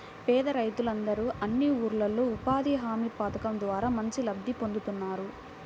పేద రైతులందరూ అన్ని ఊర్లల్లో ఉపాధి హామీ పథకం ద్వారా మంచి లబ్ధి పొందుతున్నారు